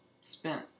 spent